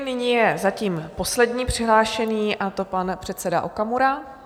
Nyní je zatím poslední přihlášený, a to pan předseda Okamura.